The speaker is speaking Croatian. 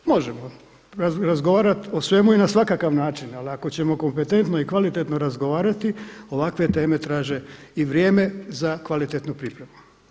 Možemo razgovarat o svemu i na svakakav način, ali ako ćemo kompetentno i kvalitetno razgovarati ovakve teme traže i vrijeme za kvalitetnu pripremu.